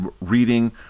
reading